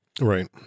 right